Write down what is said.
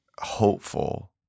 hopeful